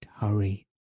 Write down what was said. hurry